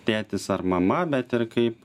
tėtis ar mama bet ir kaip